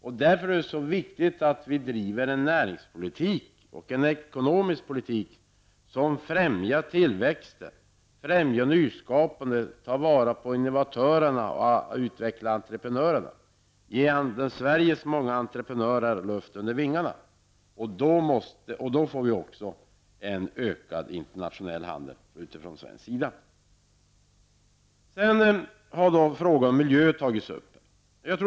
Det är därför viktigt att vi driver en näringspolitik och en ekonomisk politik som främjar tillväxten och nyskapandet, tar vara på innovatörerna och utvecklar entreprenörerna. Ge Sveriges många entreprenörer luft under vingarna, då får vi också en ökad svensk internationell handel. Miljöfrågorna har berörts.